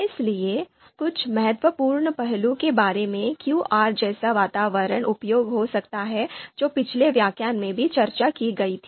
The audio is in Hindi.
इसलिए कुछ महत्वपूर्ण पहलुओं के बारे में क्यों आर जैसा वातावरण उपयोगी हो सकता है जो पिछले व्याख्यान में भी चर्चा की गई थी